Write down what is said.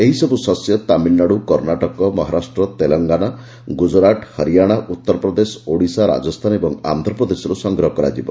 ଏହିସବୁ ଶସ୍ୟ ତାମିଲନାଡ଼ୁ କର୍ଷ୍ଣାଟକ ମହାରାଷ୍ଟ୍ର ତେଲେଙ୍ଗାନା ଗୁଜୁରାଟ ହରିୟାନା ଉତ୍ତରପ୍ରଦେଶ ଓଡ଼ିଶା ରାଜସ୍ତାନ ଓ ଆନ୍ଧ୍ରପ୍ରଦେଶର୍ ସଂଗ୍ରହ କରାଯିବ